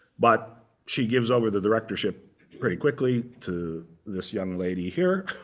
but she gives over the directorship pretty quickly to this young lady here,